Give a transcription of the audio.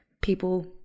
people